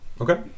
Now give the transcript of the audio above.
Okay